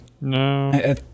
no